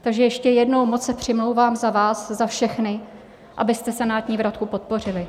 Takže ještě jednou, moc se přimlouvám za vás za všechny, abyste senátní vratku podpořili.